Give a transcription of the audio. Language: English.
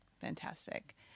fantastic